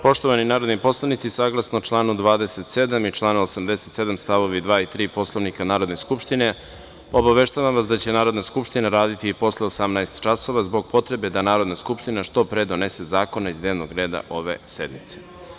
Poštovani narodni poslanici saglasno članu 27. i 87. stavovi 2. i 3. Poslovnika Narodne skupštine obaveštavam vas da će Narodna skupština raditi i posle 18 časova zbog potrebe da Narodna skupština što pre donese zakone iz dnevnog reda ove sednice.